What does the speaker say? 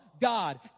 God